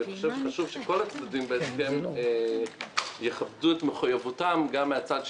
חשוב שכל הצדדים בהסכם יכבדו את מחויבותם גם מהצד שלהם,